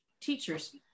teachers